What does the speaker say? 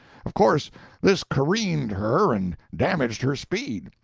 of course this careened her and damaged her speed.